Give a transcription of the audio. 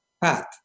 path